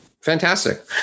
Fantastic